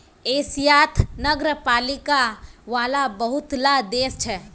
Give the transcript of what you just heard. एशियात नगरपालिका वाला बहुत ला देश छे